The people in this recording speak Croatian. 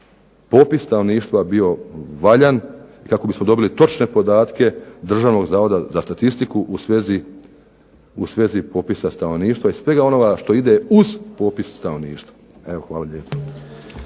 popis stanovništva bio valjan, kako bismo dobili točne podatke Državnog zavoda za statistiku u svezi popisa stanovništva i svega onoga što ide uz popis stanovništva. Evo hvala lijepa.